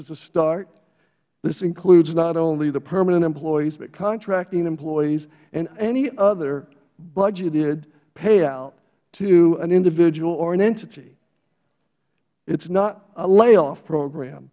is a start this includes not only the permanent employees but contracting employees and any other budgeted payout to an individual or an entity it is not a layoff program